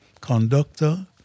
conductor